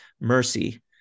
mercy